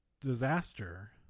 disaster